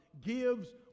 gives